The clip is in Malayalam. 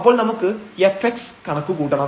അപ്പോൾ നമുക്ക് fx കണക്കു കൂട്ടണം